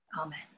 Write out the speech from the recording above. Amen